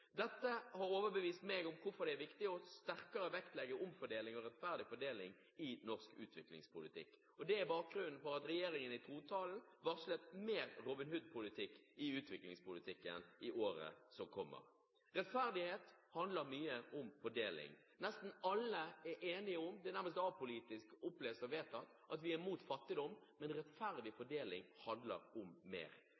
Dette har overbevist meg om hvorfor det er viktig å vektlegge sterkere omfordeling og rettferdig fordeling i norsk utviklingspolitikk, og det er bakgrunnen for at regjeringen i trontalen varslet mer Robin Hood-politikk i utviklingspolitikken i året som kommer. Rettferdighet handler mye om fordeling. Det er nærmest apolitisk og opplest og vedtatt at vi er imot fattigdom, men rettferdig